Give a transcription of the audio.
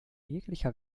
jeglicher